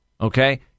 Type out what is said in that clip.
Okay